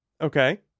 Okay